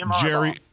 Jerry